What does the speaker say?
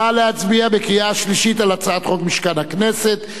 נא להצביע בקריאה שלישית על הצעת חוק משכן הכנסת,